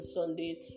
Sundays